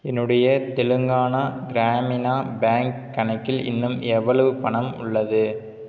என்னுடைய தெலுங்கானா கிராமினா பேங்க் கணக்கில் இன்னும் எவ்வளவு பணம் உள்ளது